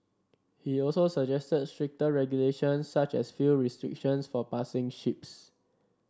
he also suggested stricter regulations such as fuel restrictions for passing ships